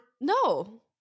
No